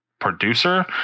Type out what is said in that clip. Producer